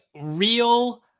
real